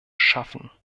schaffen